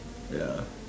ya